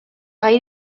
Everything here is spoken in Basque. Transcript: gai